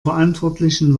verantwortlichen